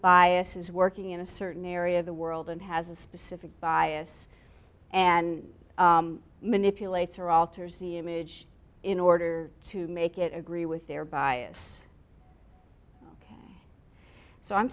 biases working in a certain area of the world and has a specific bias and manipulator alters the image in order to make it agree with their bias so i'm